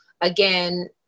again